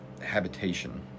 habitation